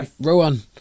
Rowan